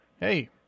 Hey